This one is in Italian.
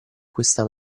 questa